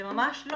זה ממש לא ייתכן.